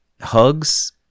hugs